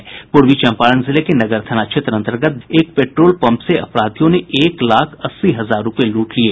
पूर्वी चंपारण जिले के नगर थाना क्षेत्र अंतर्गत एक पेट्रोल पंप से अपराधियों ने एक लाख अस्सी हजार रूपये लूट लिये